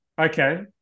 Okay